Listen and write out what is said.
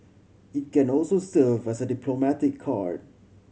it can also serve as a diplomatic card